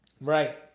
right